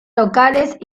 locales